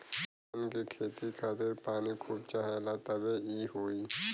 सन के खेती खातिर पानी खूब चाहेला तबे इ होई